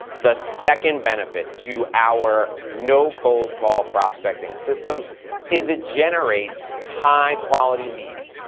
the second benefit to our no cold call prospecting system is it generates high quality leads.